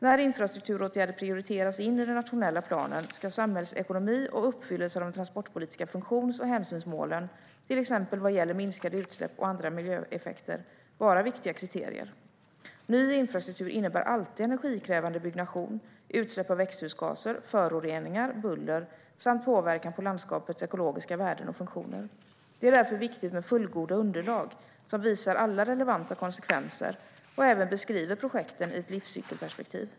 När infrastrukturåtgärder prioriteras in i den nationella planen ska samhällsekonomi och uppfyllelse av de transportpolitiska funktions och hänsynsmålen, till exempel vad gäller minskade utsläpp och andra miljöeffekter, vara viktiga kriterier. Ny infrastruktur innebär alltid energikrävande byggnation, utsläpp av växthusgaser, föroreningar, buller samt påverkan på landskapets ekologiska värden och funktioner. Det är därför viktigt med fullgoda underlag som visar alla relevanta konsekvenser och även beskriver projekten i ett livscykelperspektiv.